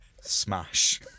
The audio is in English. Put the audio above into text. Smash